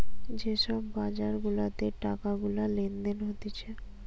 যে সব বাজার গুলাতে টাকা গুলা লেনদেন হতিছে